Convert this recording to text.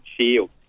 shield